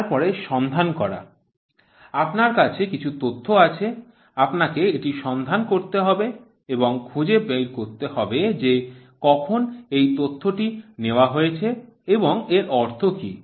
তারপরে সন্ধান করা আপনার কাছে কিছু তথ্য আছে আপনাকে এটি সন্ধান করতে হবে এবং খুঁজে বের করতে হবে যে কখন এই তথ্যটি নেওয়া হয়েছে এবং এর অর্থ কি